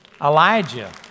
Elijah